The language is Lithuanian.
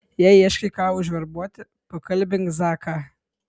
jei ieškai ką užverbuoti pakalbink zaką